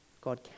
God